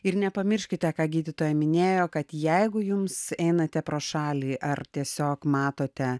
ir nepamirškite ką gydytoja minėjo kad jeigu jums einate pro šalį ar tiesiog matote